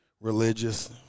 religious